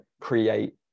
create